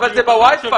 אבל זה ב-Wi-Fi.